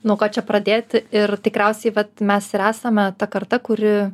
nuo ko čia pradėti ir tikriausiai vat mes ir esame ta karta kuri